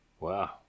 Wow